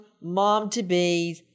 mom-to-be